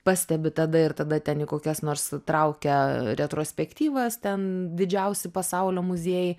pastebi tada ir tada ten į kokias nors traukia retrospektyvas ten didžiausi pasaulio muziejai